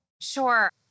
Sure